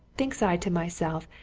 thinks i to myself,